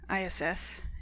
ISS